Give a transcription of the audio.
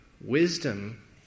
Wisdom